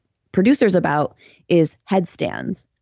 producers about is headstands.